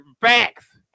facts